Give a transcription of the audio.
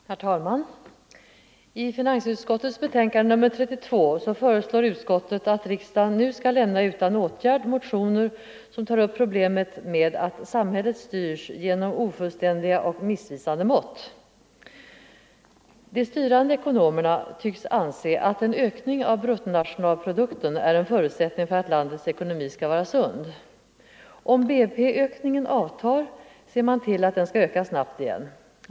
Rn Herr talman! I finansutskottets betänkande nr 32 föreslår utskottet att riksdagen nu skall lämna utan åtgärd motioner som tar upp problemet med att samhället styrs genom ofullständiga och missvisande mått. De styrande ekonomerna tycks anse att en ökning av bruttonationalprodukten är en förutsättning för att landets ekonomi skall vara sund. Om BNP-ökningen avtar ser man till att den skall öka snabbt igen.